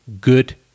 good